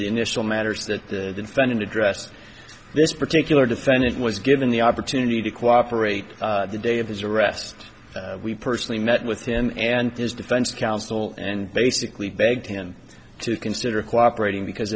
the initial matters that the finding addressed this particular defendant was given the opportunity to cooperate the day of his arrest we personally met with him and his defense counsel and basically begged him to consider cooperating because